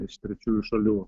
iš trečiųjų šalių